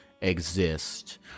exist